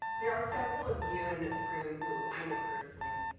there are several of you in this room who i know personally,